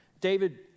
David